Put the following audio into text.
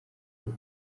kuko